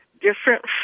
different